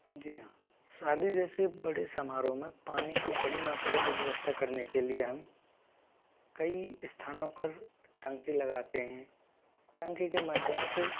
जी हाँ शादी जैसे बड़े समारोह में पानी की बड़ी मात्रा की व्यवस्था करने के लिए हम कई स्थानों पर टंकी लगाते हैं टंकी के माध्यम से